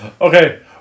Okay